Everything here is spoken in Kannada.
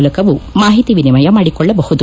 ಮೂಲಕವೂ ಮಾಹಿತಿ ವಿನಿಮಯ ಮಾಡಿಕೊಳ್ಳಬಹುದು